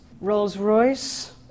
Rolls-Royce